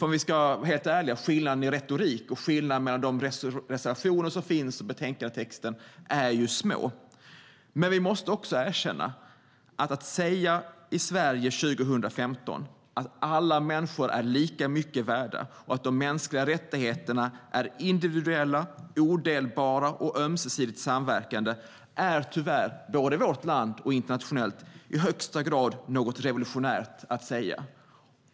Om vi ska vara helt ärliga är nämligen skillnaderna i retorik och skillnaderna mellan de reservationer som finns och betänkandetexten små. Men vi måste också erkänna: Att 2015 säga i Sverige och internationellt att alla människor är lika mycket värda och att de mänskliga rättigheterna är individuella, odelbara och ömsesidigt samverkande är tyvärr i högsta grad revolutionärt.